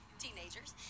teenagers